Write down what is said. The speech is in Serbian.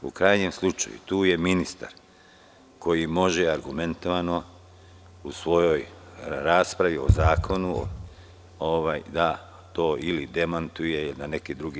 U krajnjem slučaju, tu je ministar koji može argumentovano, u svojoj raspravi o zakonu, da to ili demantuje ili potvrdi.